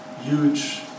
huge